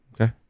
okay